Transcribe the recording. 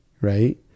right